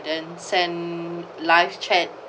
then send live chat